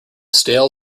stale